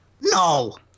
No